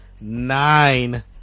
Nine